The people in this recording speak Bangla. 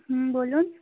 হুম বলুন